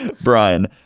Brian